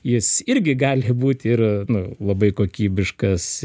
jis irgi gali būti ir nu labai kokybiškas